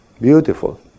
beautiful